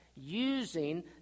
using